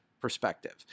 perspective